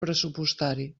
pressupostari